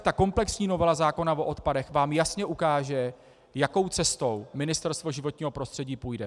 Ta komplexní novela zákona o odpadech vám jasně ukáže, jakou cestou Ministerstvo životního prostředí půjde.